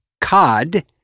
cod